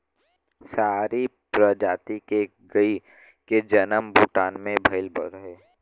सीरी प्रजाति के गाई के जनम भूटान में भइल रहे